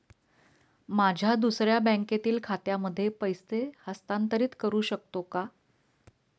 माझ्या दुसऱ्या बँकेतील खात्यामध्ये पैसे हस्तांतरित करू शकतो का?